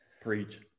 preach